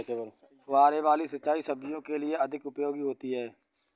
फुहारे वाली सिंचाई सब्जियों के लिए अधिक उपयोगी होती है?